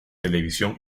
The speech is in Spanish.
televisión